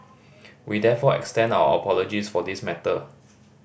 we therefore extend our apologies for this matter